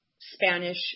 Spanish